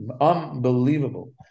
unbelievable